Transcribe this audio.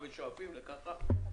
ואנחנו שואפים למשהו אחר.